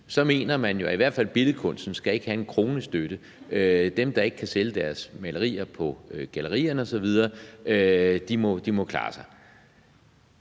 mener man jo, at i hvert fald billedkunsten ikke skal have en krone i støtte. Dem, der ikke kan sælge deres malerier på gallerierne osv., må klare sig